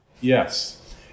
Yes